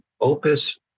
Opus